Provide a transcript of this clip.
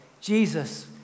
Jesus